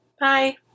bye